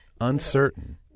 uncertain